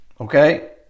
okay